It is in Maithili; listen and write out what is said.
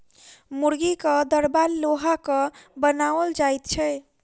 मुर्गीक दरबा लोहाक बनाओल जाइत छै